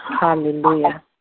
Hallelujah